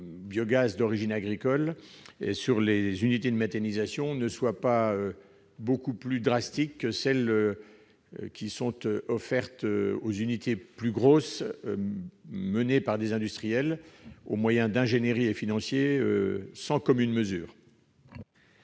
biogaz d'origine agricole et les unités de méthanisation ne soient pas beaucoup plus drastiques que celles applicables aux unités plus importantes mises en place par des industriels des moyens d'ingénierie et financiers sans commune mesure.